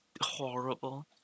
horrible